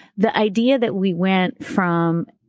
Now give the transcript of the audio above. the idea that we went from,